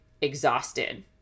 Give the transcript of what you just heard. exhausted